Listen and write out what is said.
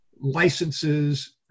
licenses